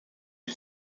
des